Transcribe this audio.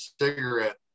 cigarette